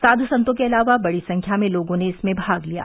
साध् संतों के अलावा बड़ी संख्या में लोगों ने इसमें भाग लिया